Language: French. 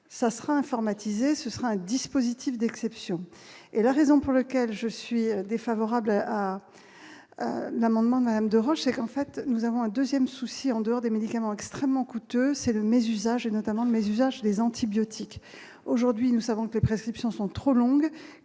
ça sera informatisé, ce sera un dispositif d'exception et la raison, pour lequel je suis défavorable à l'amendement même de recherche, en fait, nous avons un 2ème souci en dehors des médicaments extrêmement coûteuse c'est le mésusage et notamment le mésusage des antibiotiques, aujourd'hui, nous savons que les prescriptions sont trop longues,